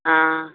ஆ